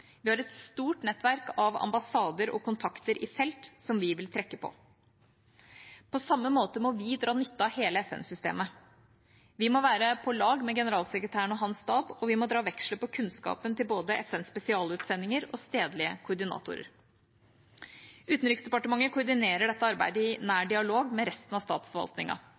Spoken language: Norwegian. Vi har et stort nettverk av ambassader og kontakter i felt som vi vil trekke på. På samme måte må vi dra nytte av hele FN-systemet. Vi må være på lag med generalsekretæren og hans stab, og vi må dra veksler på kunnskapen til både FNs spesialutsendinger og stedlige koordinatorer. Utenriksdepartementet koordinerer dette arbeidet i nær dialog med resten av